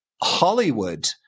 Hollywood